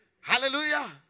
Hallelujah